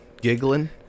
giggling